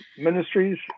Ministries